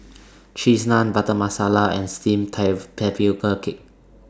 Cheese Naan Butter Masala and Steamed Cake